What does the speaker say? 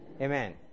Amen